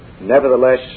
nevertheless